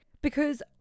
Because-